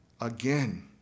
again